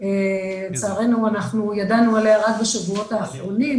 לצערנו ידענו עליה רק בשבועות האחרונים,